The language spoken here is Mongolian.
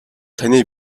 таны